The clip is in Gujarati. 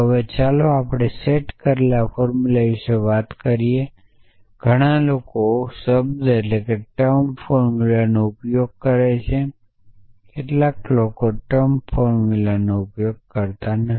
હવે ચાલો આપણે સેટ કરેલા ફોર્મુલા વિશે વાત કરીએ ઘણા લોકો શબ્દ ફોર્મુલાનો ઉપયોગ કરે છે કેટલાક લોકો શબ્દ ફોર્મુલાનો ઉપયોગ કરે છે